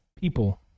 people